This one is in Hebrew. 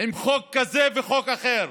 עם חוק כזה וחוק אחר.